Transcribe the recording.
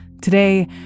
Today